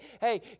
hey